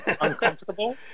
Uncomfortable